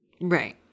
Right